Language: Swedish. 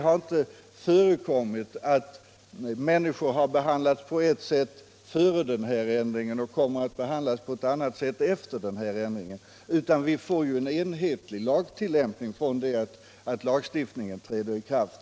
Människor har inte hunnit behandlas på ett sätt före denna ändring som leder till att de kommer att behandlas på ett annat sätt efter denna ändring, utan vi får en enhetlig tillämpning från det att lagen träder i kraft.